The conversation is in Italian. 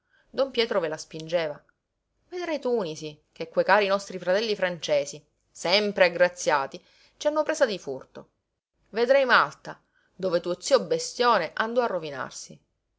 don pietro ve la spingeva vedrai tunisi che quei cari nostri fratelli francesi sempre aggraziati ci hanno presa di furto vedrai malta dove tuo zio bestione andò a rovinarsi